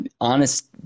honest